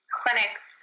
clinics